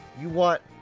you want.